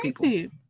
people